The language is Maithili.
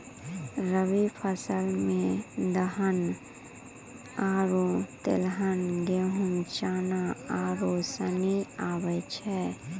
रवि फसल मे दलहन आरु तेलहन गेहूँ, चना आरू सनी आबै छै